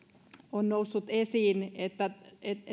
on noussut esiin että